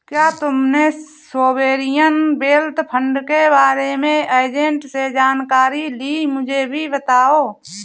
क्या तुमने sovereign wealth fund के बारे में एजेंट से जानकारी ली, मुझे भी बताओ